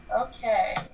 Okay